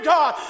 God